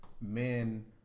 men